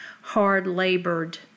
hard-labored